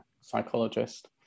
psychologist